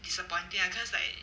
disappointing ya cause like